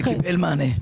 זה קיבל מענה.